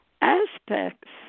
aspects